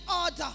order